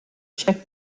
check